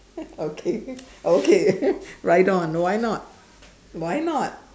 okay okay ride on why not why not